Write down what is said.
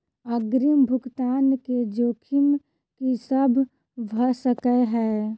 अग्रिम भुगतान केँ जोखिम की सब भऽ सकै हय?